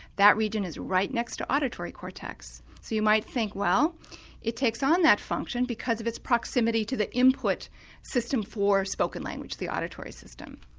that region is right next to auditory cortex. so you might think, well it takes on that function because of its proximity to the input system for spoken language the auditory system.